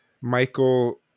Michael